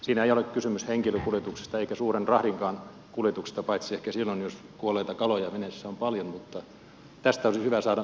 siinä ei ole kysymys henkilökuljetuksista eikä suuren rahdinkaan kuljetuksesta paitsi ehkä silloin jos kuolleita kaloja veneessä on paljon mutta tästä olisi hyvä saada selvempi pykälä